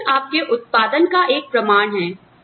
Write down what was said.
प्रदर्शन आपके उत्पादन का एक प्रमाण है